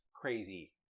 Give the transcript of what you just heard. crazy